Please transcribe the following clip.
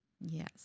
Yes